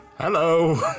Hello